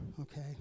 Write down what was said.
okay